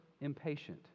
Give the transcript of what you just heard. impatient